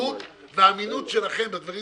הישימות והאמינות שלכם בדברים